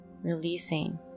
releasing